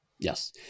Yes